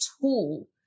tool